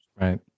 Right